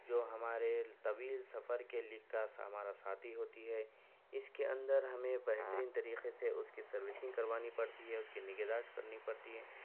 جو ہمارے طویل سفر کے لیکس ہمارا ساتھی ہوتی ہے اس کے اندر ہمیں بہترین طریقے سے اس کی سروسنگ کروانی پڑتی ہے اس کی نگہداشت کرنی پڑتی ہے